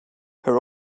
her